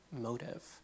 motive